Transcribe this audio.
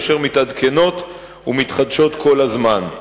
אשר מתעדכנות ומתחדשות כל הזמן.